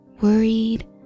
Worried